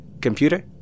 Computer